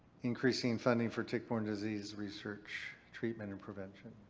increasing funding for tick-borne disease research treatment and prevention?